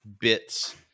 bits